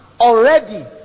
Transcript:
already